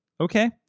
okay